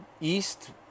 east